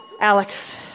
Alex